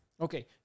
Okay